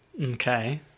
Okay